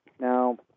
Now